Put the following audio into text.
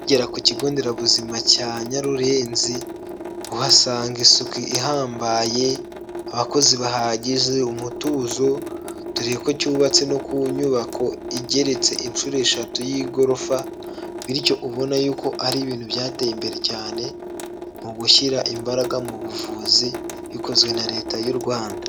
Ukigera ku cyigonderabuzima cya Nyarurenzi uhasanga isuku ihambaye, abakozi bahagije, umutuzo, dore ko cyubatse no ku nyubako igeretse inshuro eshatu y'igorofa, bityo ubona y'uko ari ibintu byateye imbere cyane, mu gushyira imbaraga mu buvuzi bikozwe na Leta y'u Rwanda.